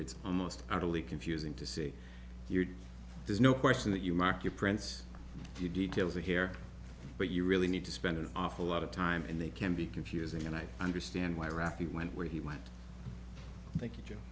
it's almost out of the confusing to see there's no question that you mark your prints the details are here but you really need to spend an awful lot of time and they can be confusing and i understand why rafi went where he went t